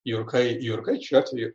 jurkai jurkai šiuo atveju